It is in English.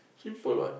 simple what